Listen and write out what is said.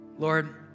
Lord